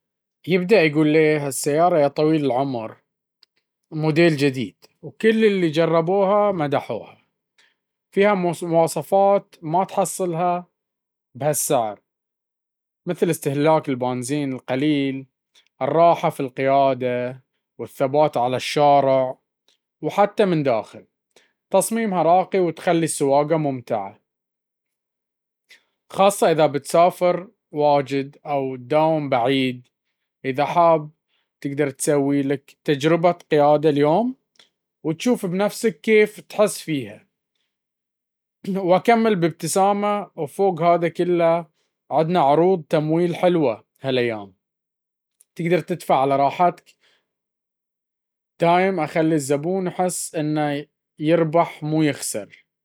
" ببدأ أقول له: "هالسيارة يا طويل العمر، موديل جديد وكل اللي جربوها مدحوها. فيها مواصفات ما تحصلها بهالسعر، مثل استهلاك البنزين القليل، الراحة في القيادة، والثبات على الشارع. وحتى من داخل، تصميمها راقي وتخلي السواقة ممتعة، خاصة إذا تسافر كثير أو تداوم بعيد. إذا حاب، نقدر نسوي لك تجربة قيادة اليوم، وتشوف بنفسك كيف تحس فيها." وأكمل بابتسامة: "وفوق هذا كله، عندنا عروض تمويل حلوة هالأيام، تقدر تدفع على راحتك." دايم أخلي الزبون يحس إنه يربح، مو يخسر.